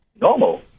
normal